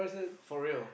for real